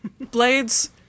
blades